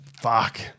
Fuck